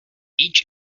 each